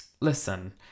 listen